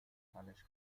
tales